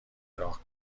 راه